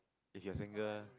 if you are single